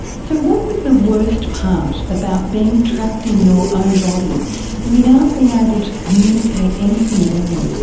so what was the worst part about being trapped in your own body without being able to communicate anything at all?